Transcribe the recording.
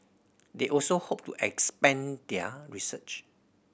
they also hope to expand their research